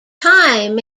time